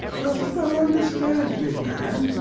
dost thou understand me, man,